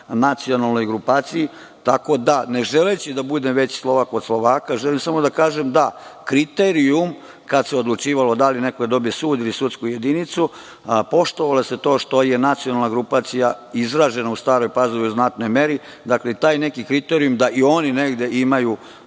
nacionalnoj grupaciji. Ne želeći da budem veći Slovak od Slovaka, želim samo da kažem da kriterijum kad se odlučivalo da li neko da dobije sud ili sudsku jedinicu, poštovalo se to što je nacionalna grupacija izražena u Staroj Pazovi u znatnoj meri i taj neki kriterijum da i oni negde imaju